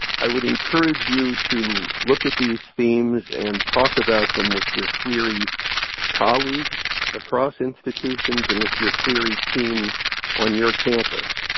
i would encourage you to look at these themes and talk about them with your clery colleagues across institutions, and with your clery team on your campus.